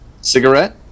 Cigarette